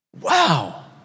Wow